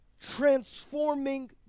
transforming